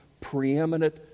preeminent